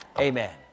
Amen